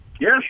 Yes